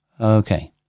okay